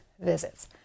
visits